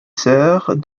sœurs